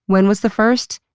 when was the first?